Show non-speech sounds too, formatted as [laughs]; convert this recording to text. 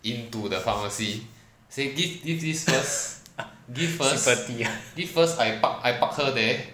[breath] [laughs] sympathy ah [laughs]